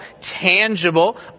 tangible